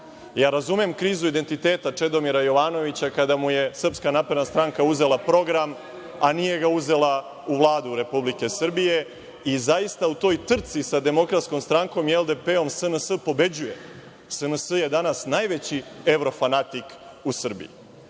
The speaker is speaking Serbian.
Razumem krizu identiteta Čedomira Jovanovića kada mu je Srpska napredna stranka uzela program, a nije ga uzela u Vladu Republike Srbije i zaista u toj trci sa Demokratskom strankom i LDP-om, SNS pobeđuje, SNS je danas najveći evrofanatik u Srbiji.U